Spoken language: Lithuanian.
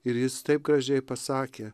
ir jis taip gražiai pasakė